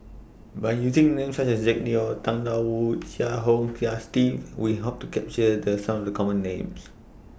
By using Names such as Zack Neo Tang DA Wu and Chia Kiah Hong Steve We Hope to capture Some of The Common Names